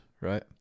right